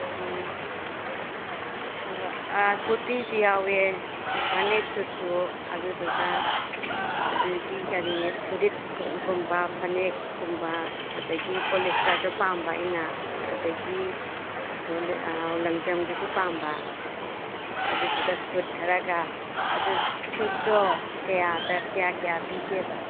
ꯎꯝ ꯀꯨꯔꯇꯤꯁꯨ ꯌꯥꯎꯋꯦ ꯐꯅꯦꯛ ꯁꯨꯠꯁꯨ ꯑꯗꯨꯗꯨꯒ ꯑꯗꯒꯤ ꯀꯔꯤ ꯐꯨꯔꯤꯠꯀꯨꯝꯕ ꯐꯅꯦꯛꯀꯨꯝꯕ ꯑꯗꯒꯤ ꯄꯣꯂꯤꯁꯇꯔꯗ ꯄꯥꯝꯕ ꯑꯩꯅ ꯑꯗꯒꯤ ꯂꯪꯖꯝꯒꯤꯁꯨ ꯄꯥꯝꯕ ꯑꯗꯨꯗꯨꯒ ꯁꯨꯠ ꯈꯔꯒ ꯑꯗꯨ ꯁꯨꯠꯇꯣ ꯀꯌꯥꯗ ꯀꯌꯥ ꯀꯌꯥ ꯄꯤꯒꯦꯕ